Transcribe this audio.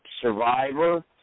Survivor